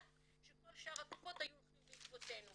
שכל שאר הקופות היו הולכות בעקבותינו.